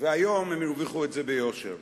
והיום הם הרוויחו את זה ביושר.